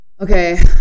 Okay